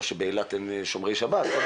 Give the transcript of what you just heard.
לא שבאילת אין שומרי שבת,